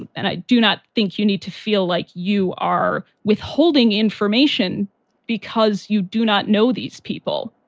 and i do not think you need to feel like you are withholding information because you do not know these people,